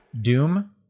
Doom